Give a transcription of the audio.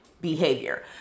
behavior